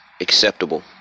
acceptable